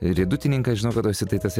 riedutininkas žinau kad tu esi tas